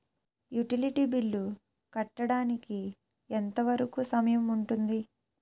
Utility bill కట్టడానికి ఎంత వరుకు సమయం ఉంటుంది?